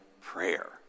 prayer